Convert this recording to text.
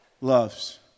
loves